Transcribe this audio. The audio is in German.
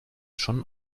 schon